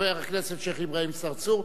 חבר הכנסת שיח' אברהים צרצור,